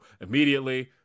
immediately